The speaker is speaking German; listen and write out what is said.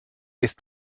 ist